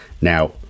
Now